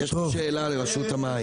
יש לי שאלה לרשות המים.